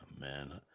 man